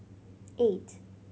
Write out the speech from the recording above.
eight